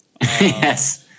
Yes